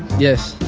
yes.